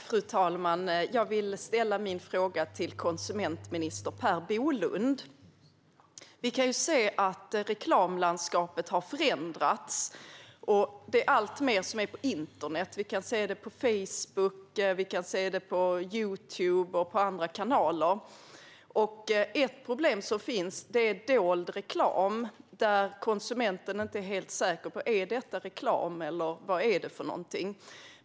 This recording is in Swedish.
Fru talman! Jag vill ställa min fråga till konsumentminister Per Bolund. Vi kan se att reklamlandskapet har förändrats. Alltmer är på internet; vi kan se det på Facebook, Youtube och i andra kanaler. Ett problem som finns är dold reklam där konsumenten inte är helt säker på om det är reklam eller vad det är för någonting.